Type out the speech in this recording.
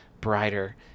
brighter